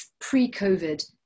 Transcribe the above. pre-COVID